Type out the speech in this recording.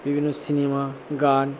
বিভিন্ন সিনেমা গান